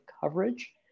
coverage